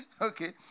Okay